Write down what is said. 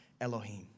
Elohim